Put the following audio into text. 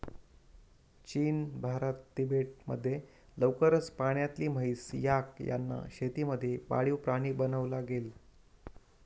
चीन, भारत, तिबेट मध्ये लवकरच पाण्यातली म्हैस, याक यांना शेती मध्ये पाळीव प्राणी बनवला गेल